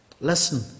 Listen